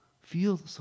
Feel